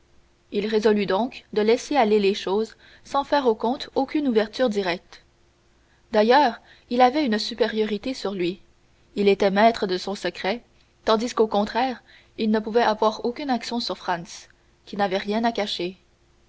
il résolut donc de laisser aller les choses sans faire au comte aucune ouverture directe d'ailleurs il avait une supériorité sur lui il était maître de son secret tandis qu'au contraire il ne pouvait avoir aucune action sur franz qui n'avait rien à cacher